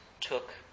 took